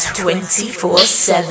24/7